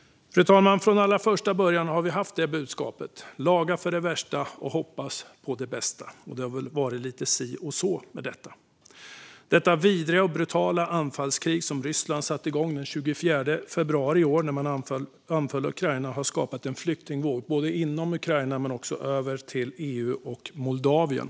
Fru talman! Från allra första början har vi haft detta budskap: Laga för det värsta och hoppas på det bästa. Det har väl varit lite si och så med detta. Det vidriga och brutala anfallskrig som Ryssland satte igång den 24 februari i år när man anföll Ukraina har skapat en flyktingvåg både inom Ukraina och in i EU och Moldavien.